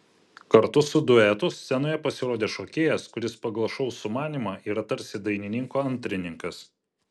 kartu su duetu scenoje pasirodė šokėjas kuris pagal šou sumanymą yra tarsi dainininko antrininkas